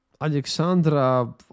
Alexandra